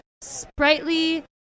sprightly